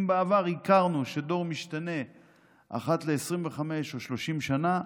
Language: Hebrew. אם בעבר הכרנו שדור משתנה אחת ל-25 או 30 שנה,